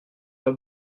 pas